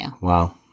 Wow